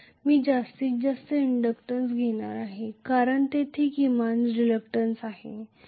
मी जास्तीत जास्त इंडक्टन्स घेणार आहे कारण तेथे किमान रिलक्टंन्स असेल